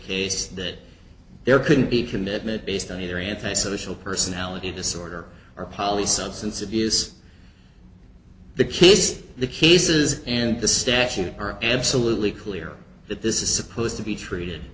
case that there can be commitment based on either anti social personality disorder or poly substance abuse the case the cases and the statute are absolutely clear that this is supposed to be treated